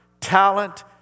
talent